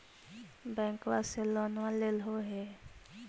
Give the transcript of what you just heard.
बैंकवा से लोनवा लेलहो हे?